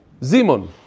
Zimon